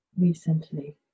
recently